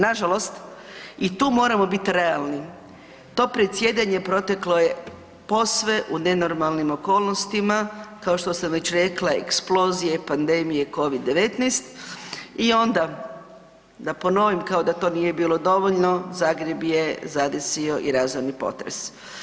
Nažalost i tu moramo biti realni, to predsjedanje proteklo je posve u nenormalnim okolnostima kao što sam već rekla eksplozije i pandemije Covid-19 i onda da ponovim kao da to nije bilo dovoljno Zagreb je zadesio i razorni potres.